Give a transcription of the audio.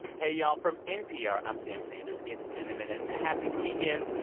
hey, y'all. from npr, i'm sam sanders. it's been a minute. happy weekend.